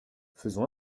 faisons